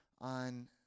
on